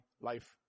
life